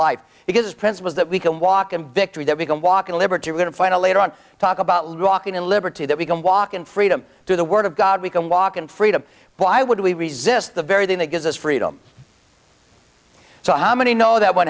life because principles that we can walk in victory that we can walk at liberty are going to find out later on talk about walking in liberty that we can walk in freedom to the word of god we can walk in freedom why would we resist the very thing that gives us freedom so how many know that what